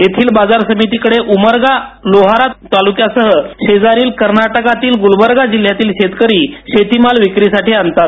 या बाजार समितीकडे उमरगा लोहारा तालुक्यासह शेजारील कर्नाटकातील गुलबर्गा जिल्ह्यातील शेतकरी शेतीमाल विक्रीला आणतात